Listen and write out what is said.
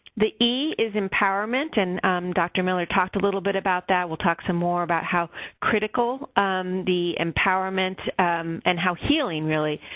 the e is empowerment, and dr. miller talked a little bit about that. we'll talk some more about how critical the empowerment and how healing, really,